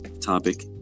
topic